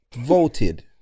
voted